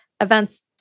events